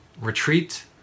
retreat